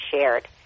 shared